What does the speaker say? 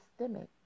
systemic